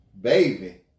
baby